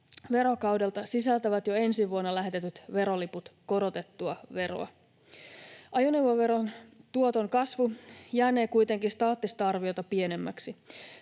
verokaudelta, sisältävät jo ensi vuonna lähetetyt veroliput korotettua veroa. Ajoneuvoveron tuoton kasvu jäänee kuitenkin staattista arviota pienemmäksi.